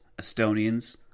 Estonians